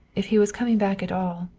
if he was coming back at all